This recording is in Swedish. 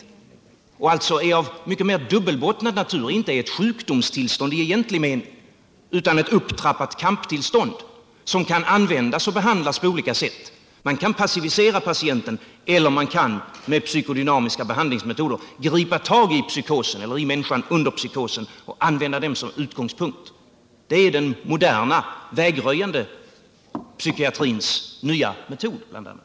Det är alltså av mycket mer dubbelbottnad natur — inte ett sjukdomstillstånd i egentlig mening utan ett upptrappat kamptillstånd som kan användas och behandlas på olika sätt. Man kan passivisera patienten eller man kan med psykodynamiska behandlingsmetoder gripa tag i människan under psykosen och använda dessa metoder som utgångspunkt. Det är den moderna vägröjande psykiatrins nya metod bl.a.